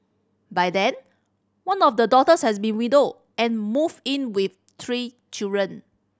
by then one of the daughters has been widowed and moved in with three children